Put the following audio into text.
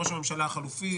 ראש הממשלה החלופי,